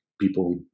people